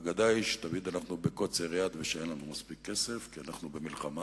האגדה היא שתמיד אנחנו בקוצר יד ושאין לנו מספיק כסף כי אנחנו במלחמה